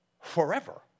forever